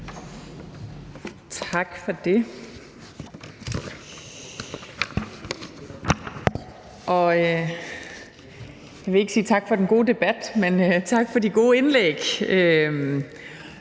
Tak for det. Jeg vil ikke sige tak for den gode debat, men tak for de gode indlæg.